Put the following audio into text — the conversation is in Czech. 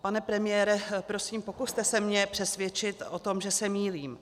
Pane premiére, prosím, pokuste se mě přesvědčit o tom, že se mýlím.